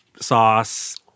sauce